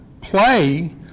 Play